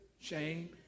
shame